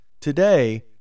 today